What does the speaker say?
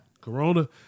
Corona